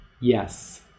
Yes